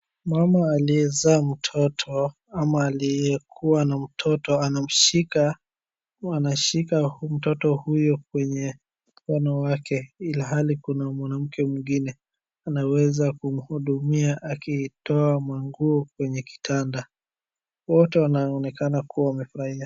Mama aliyezaa mtoto ama aliyekuwa na mtoto anamshika ama anashika mtoto huyo kwenye mkono wake ilhali kuna mwanamke mwingine anaweza kumhudumia akitoa manguo kwenye kitanda wote wanaonekana kuwa wamefurahia.